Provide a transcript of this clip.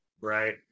Right